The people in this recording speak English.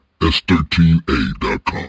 S13A.com